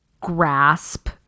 grasp